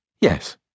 Yes